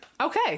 okay